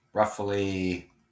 Roughly